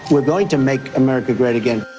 we're going to make america great again.